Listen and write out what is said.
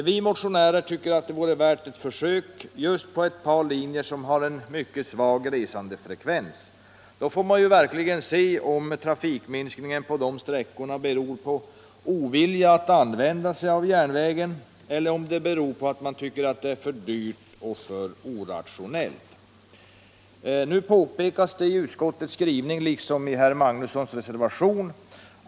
Vi motionärer tycker att det vore värt att göra ett sådant försök just på ett par linjer som har cen mycket svag resandefrekvens. Då får man ju se om trafikminskningen på dessa sträckor beror på ovilja att använda järnvägen eller om den beror på alt folk tycker det är för dyrt och för orationellt. Nu påpekas det i utskottets skrivning, liksom i herr Magnussons reservation.